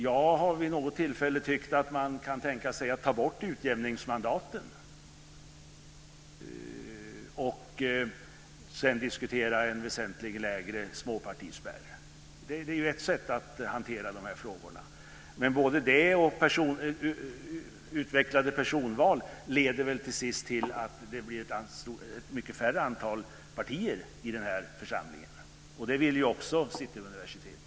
Jag har vid något tillfälle tyckt att man kan tänka sig att ta bort utjämningsmandaten och sedan diskutera en väsentligt lägre småpartispärr. Det är ett sätt att hantera dessa frågor. Men både det och utvecklade personval leder till sist till att det blir mycket färre partier i den här församlingen. Det vill ju också Cityuniversitetet.